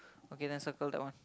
okay then circle that one